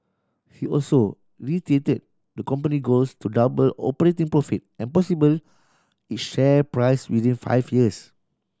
he also reiterated the company goals to double operating profit and possibly its share price within five years